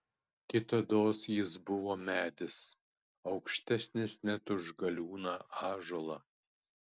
kitados jis buvo medis aukštesnis net už galiūną ąžuolą